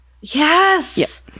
Yes